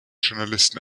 journalisten